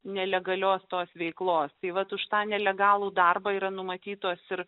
nelegalios tos veiklos tai vat už tą nelegalų darbą yra numatytos ir